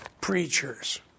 preachers